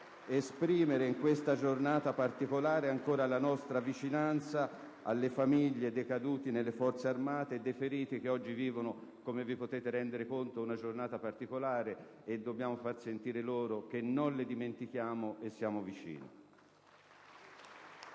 esprimere in questa giornata particolare la nostra vicinanza alle famiglie dei caduti nelle Forze armate e dei feriti, che oggi vivono - come vi potete rendere conto - una giornata particolare. Dobbiamo far sentire loro che non li dimentichiamo e gli siamo vicini.